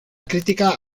crítica